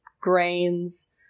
grains